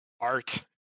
art